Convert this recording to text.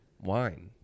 Wine